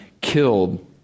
killed